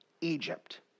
Egypt